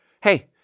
hey